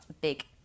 big